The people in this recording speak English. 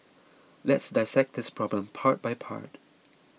let's dissect this problem part by part